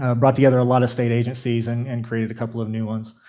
ah brought together a lot of state agencies and and created a couple of new ones.